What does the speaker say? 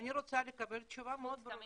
אני רוצה לקבל תשובה מאוד ברורה.